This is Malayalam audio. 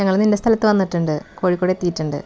ഞങ്ങൾ നിൻ്റെ സ്ഥലത്ത് വന്നിട്ടുണ്ട് കോഴിക്കോട് എത്തിയിട്ടുണ്ട്